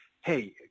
Hey